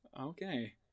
Okay